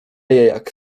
jak